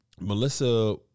Melissa